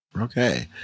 Okay